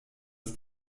uns